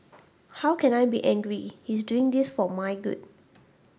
how can I be angry he is doing this for my good